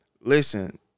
listen